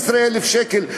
ל-15,000 שקל.